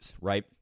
right